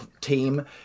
team